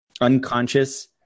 unconscious